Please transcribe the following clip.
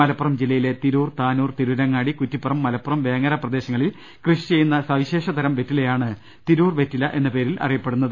മലപ്പുറം ജില്ലയിലെ തിരൂർ താനൂർ തിരൂരങ്ങാടി കുറ്റിപ്പുറം മലപ്പുറം വേങ്ങര പ്രദേശങ്ങളിൽ കൃഷി ചെയ്യുന്ന സവിശേഷതരം വെറ്റിലയാണ് തിരൂർ വെറ്റില എന്ന പേരിൽ അറിയപ്പെടുന്നത്